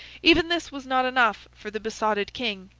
even this was not enough for the besotted king,